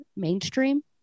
mainstream